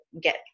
get